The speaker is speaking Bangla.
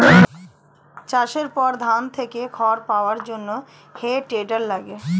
চাষের পর ধান থেকে খড় পাওয়ার জন্যে হে টেডার লাগে